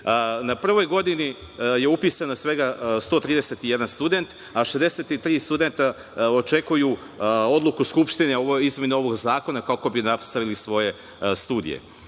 prvoj godini je upisano svega 131 student, a 63 studenta očekuju odluku Skupštine o izmene ovog zakona, kako bi nastavili svoje studije. Još